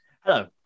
Hello